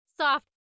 soft